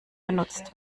benutzt